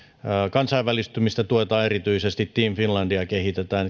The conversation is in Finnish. kansainvälistymistä tuetaan erityisesti team finlandia kehitetään